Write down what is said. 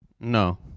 No